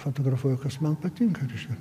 fotografuoju kas man patinka reiškia